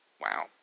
Wow